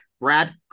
Brad